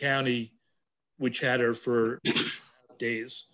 county which had her for days